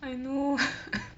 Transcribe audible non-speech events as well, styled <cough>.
I know <coughs>